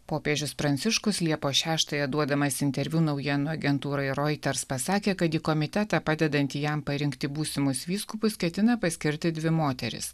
popiežius pranciškus liepos šeštąją duodamas interviu naujienų agentūrai reuters pasakė kad į komitetą padedantį jam parinkti būsimus vyskupus ketina paskirti dvi moteris